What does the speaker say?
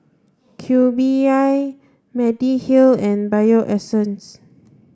Cube I Mediheal and Bio Essence